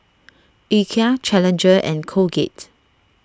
Ikea Challenger and Colgate